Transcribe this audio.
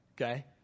okay